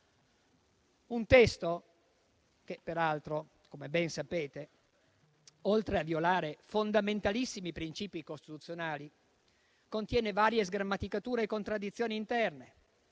un testo che peraltro - come ben sapete - oltre a violare fondamentalissimi principi costituzionali, contiene varie sgrammaticature e contraddizioni interne,